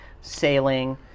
sailing